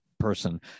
person